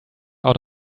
out